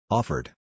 Offered